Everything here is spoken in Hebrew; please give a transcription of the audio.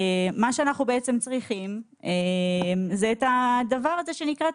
מה שאנחנו בעצם צריכים זה את התקציב.